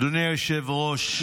אדוני היושב-ראש.